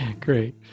Great